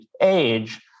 age